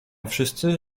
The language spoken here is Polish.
wszyscy